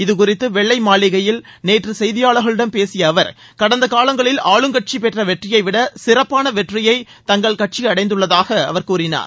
இது குறித்து வெள்ளை மாளிகையில் நேற்று செய்தியாளர்களிடம் பேசிய அவர் கடந்த காலங்களில் ஆளும் கட்சி பெற்ற வெற்றியை விட சிறப்பான வெற்றியை தங்கள் கட்சி அடைந்துள்ளதாக அவர் கூறினார்